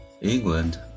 England